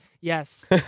Yes